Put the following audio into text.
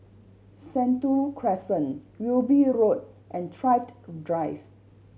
Sentul Crescent Wilby Road and Thrift Drive